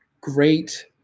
great